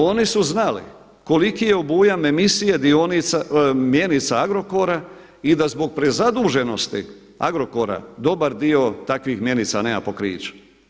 Oni su znali koliki je obujam emisije mjenica Agrokora i da zbog prezaduženosti Agrokora dobar dio takvih mjenica nema pokrića.